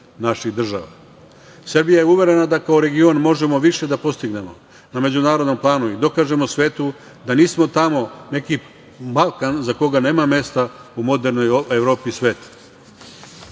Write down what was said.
naših država. Srbija je uverena da kao region možemo više da postignemo na međunarodnom planu i dokažemo svetu da nismo tamo neki Balkan za koga nema mesta u modernoj Evropi